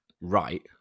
right